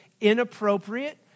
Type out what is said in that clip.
inappropriate